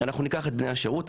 אנחנו ניקח את בני השירות,